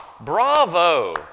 Bravo